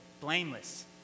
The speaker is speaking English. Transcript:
blameless